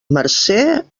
marcer